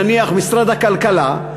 נניח משרד הכלכלה,